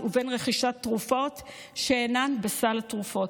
ובין רכישת תרופות שאינן בסל התרופות.